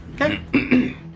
Okay